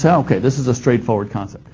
so okay, this is a straightforward concept,